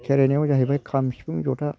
खेरायनायाव जाहैबाय खाम सिफुं ज'था